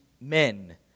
men